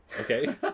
Okay